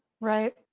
Right